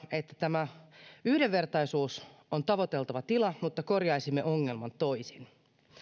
että yhdenvertaisuus on tavoiteltava tila mutta korjaisimme ongelman toisin